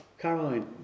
Caroline